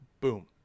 Boom